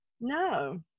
No